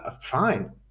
fine